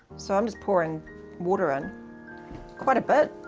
so i'm just pouring water in quite a bit,